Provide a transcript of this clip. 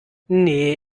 nee